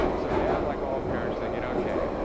so dad, like all parents, thinking, okay,